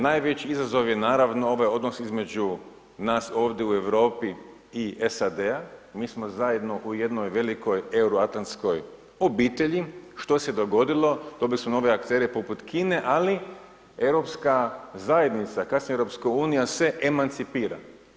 Najveći izazov je naravno ovaj odnos između nas ovdje u Europi i SAD-a, mi smo zajedno u jednoj velikoj euroatlantskoj obitelji, što se dogodilo, dobili smo nove aktere poput Kine ali europska zajednica, kasnije EU se emancipira.